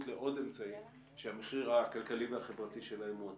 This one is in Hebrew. לעוד אמצעים שהמחיר הכלכלי והחברתי שלהם הוא עצום.